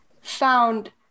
found